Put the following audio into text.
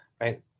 right